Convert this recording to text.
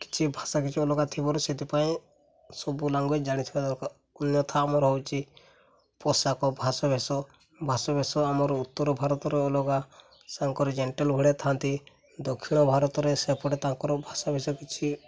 ସେ ଭାଷା କିଛି ଅଲଗା ଥିବାରୁ ସେଥିପାଇଁ ସବୁ ଲାଙ୍ଗୁଏଜ୍ ଜାଣିଥିବା ଦରକାର ଅନ୍ୟଥା ଆମର ହେଉଛି ପୋଷାକ ଭାଷବେସ ଭାଷବେସ ଆମର ଉତ୍ତର ଭାରତରେ ଅଲଗା ସାଙ୍ଗରେ ଜେଣ୍ଟେଲ ଭଳିଆ ଥାନ୍ତି ଦକ୍ଷିଣ ଭାରତରେ ସେପଟେ ତାଙ୍କର ଭାଷାବେଶ କିଛି